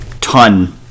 ton